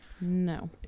No